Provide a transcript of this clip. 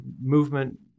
movement